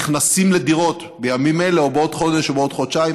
נכנסים לדירות בימים אלה או בעוד חודש או בעוד חודשיים.